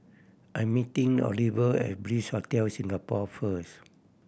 I'm meeting Oliver at Bliss Hotel Singapore first